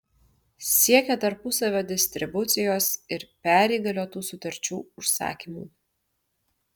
siekia tarpusavio distribucijos ir perįgaliotų sutarčių užsakymų